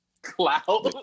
cloud